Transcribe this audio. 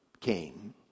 came